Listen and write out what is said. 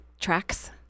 tracks